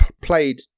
played